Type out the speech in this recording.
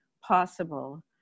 possible